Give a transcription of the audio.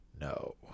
No